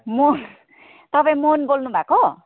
म तपाईँ मोहन बोल्नु भएको